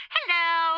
Hello